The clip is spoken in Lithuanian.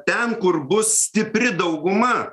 ten kur bus stipri dauguma